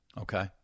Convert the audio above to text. Okay